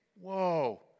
Whoa